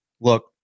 Look